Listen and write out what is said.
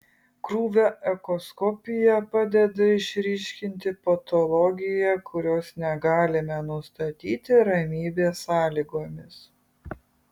krūvio echoskopija padeda išryškinti patologiją kurios negalime nustatyti ramybės sąlygomis